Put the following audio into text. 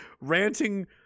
ranting